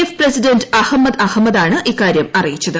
F president Ahammed അഹമ്മദാണ് ഇക്കാർട്ടും അറിയിച്ചത്